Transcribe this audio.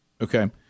okay